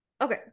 Okay